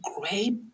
great